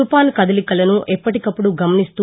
తుపాను కదలికలను ఎప్పటికప్పుడు గమనిస్తూ